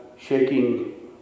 shaking